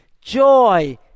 Joy